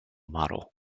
model